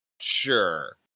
sure